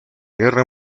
guerra